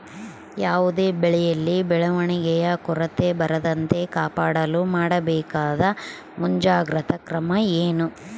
ಯಾವುದೇ ಬೆಳೆಯಲ್ಲಿ ಬೆಳವಣಿಗೆಯ ಕೊರತೆ ಬರದಂತೆ ಕಾಪಾಡಲು ಮಾಡಬೇಕಾದ ಮುಂಜಾಗ್ರತಾ ಕ್ರಮ ಏನು?